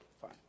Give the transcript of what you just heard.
Fine